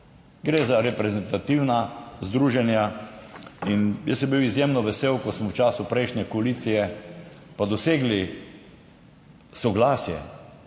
Gre za reprezentativna združenja. In jaz sem bil izjemno vesel, ko smo v času prejšnje koalicije pa dosegli soglasje